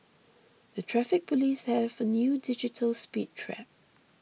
the Traffic Police have a new digital speed trap